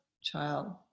child